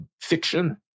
fiction